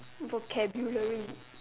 vocabulary